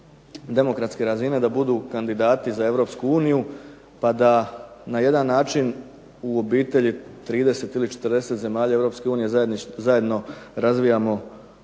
demokratske razine da budu kandidati za europsku uniju, pa da na jedan način u obitelj 30 ili 40 zemalja Europske unije zajedno razvijamo